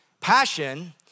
passion